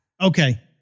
Okay